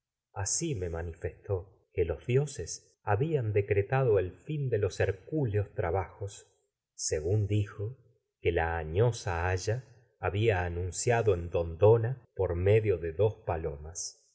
me manifestó que hercúleos tra los dioses decretado el fin los bajos en según dijo que la de añosa dos haya había anunciado de dodona esto por de medio palomas